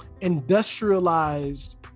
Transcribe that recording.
industrialized